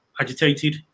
agitated